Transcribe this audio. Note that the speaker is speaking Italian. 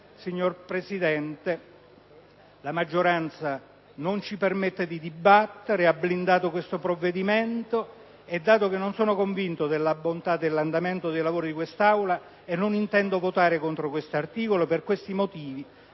signor Presidente, la maggioranza non ci permette di dibattere, ha blindato questo provvedimento e, dato che non sono convinto della bontà dell'andamento dei lavori di questa Aula e non intendo votare contro questo articolo, annuncio il